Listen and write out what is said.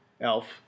Elf